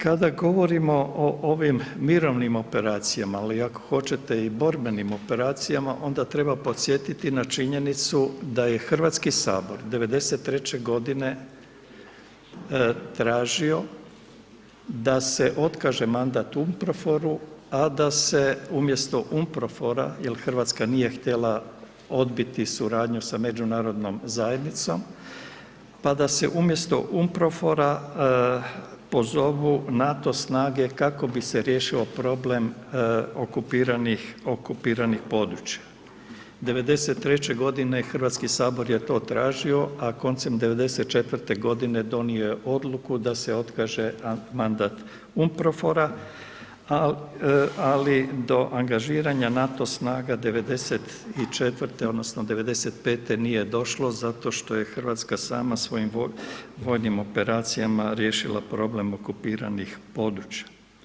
Kada govorimo o ovim mirovnim operacijama, ali i ako hoćete i borbenim operacijama onda treba podsjetiti na činjenicu da je Hrvatski sabor '93. godine tražio da se otkaže mandat UNPROFOR-u, a da se umjesto UNPROFOR-a jer Hrvatska nije htjela odbiti suradnju sa međunarodnom zajednicom, pa da se umjesto UNPROFOR-a pozovu NATO snage kako bi se riješio problem okupiranih, okupiranih područja. '93. godine Hrvatski sabor je to tražio, a koncem '94. godine donio je odluku da se otkaže mandat UNPROFOR-a ali do angažiranja NATO snaga '94. odnosno '95. nije došlo zato što je Hrvatska sama svojim vojnim operacijama riješila problem okupiranih područja.